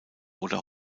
oder